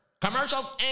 Commercials